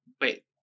wait